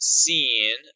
seen